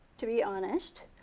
to be honest,